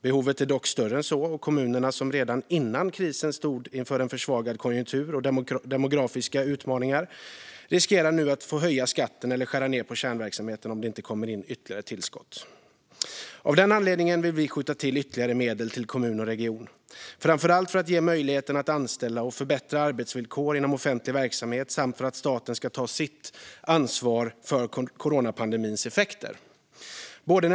Behovet är dock större än så, och kommunerna som redan innan krisen stod inför en försvagad konjunktur och demografiska utmaningar riskerar nu att få höja skatten eller skära ned på kärnverksamheten om det inte kommer in ytterligare tillskott. Av den anledningen vill vi skjuta till ytterligare medel till kommun och region, framför allt för att ge möjligheten att anställa och förbättra arbetsvillkor inom offentlig verksamhet samt för att staten ska ta sitt ansvar för coronapandemins effekter.